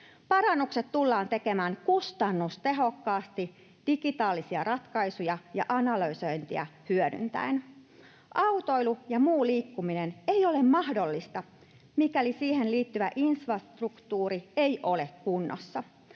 Parannukset tullaan tekemään kustannustehokkaasti digitaalisia ratkaisuja ja analysointia hyödyntäen. Autoilu ja muu liikkuminen ei ole mahdollista, mikäli siihen liittyvä infrastruktuuri ei ole kunnossa.